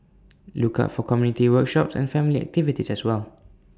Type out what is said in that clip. look out for community workshops and family activities as well